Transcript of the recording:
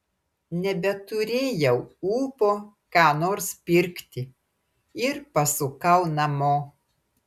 nebeturėjau ūpo ką nors pirkti ir pasukau namo